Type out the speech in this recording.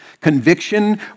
Conviction